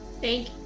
Thank